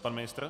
Pan ministr?